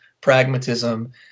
pragmatism